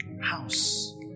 house